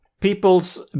People's